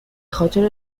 خاطر